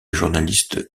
journaliste